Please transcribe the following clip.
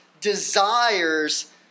desires